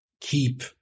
keep